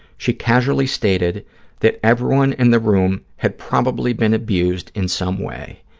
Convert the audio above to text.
she casually stated that everyone in the room had probably been abused in some way.